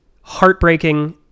heartbreaking